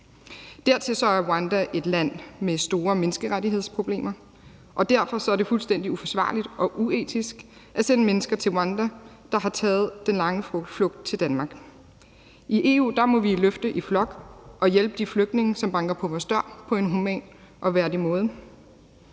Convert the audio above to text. Dertil er Rwanda et land med store menneskerettighedsproblemer, og derfor er det fuldstændig uforsvarligt og uetisk at sende mennesker til Rwanda, der har taget den lange flugt til Danmark. I EU må vi løfte i flok og hjælpe de flygtninge, som banker på vores dør, på en human og værdig måde.